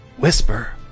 Whisper